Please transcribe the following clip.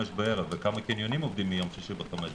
בערב וכמה קניונים עובדים מיום שישי בחמש בערב?